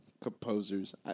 composers